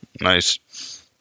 Nice